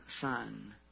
son